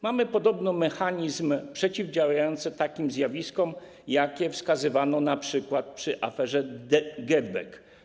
Mamy podobno mechanizm przeciwdziałający takim zjawiskom, jakie wskazywano np. przy aferze GetBack.